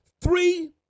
three